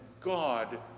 God